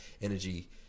energy